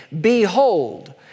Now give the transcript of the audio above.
behold